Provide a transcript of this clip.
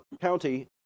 County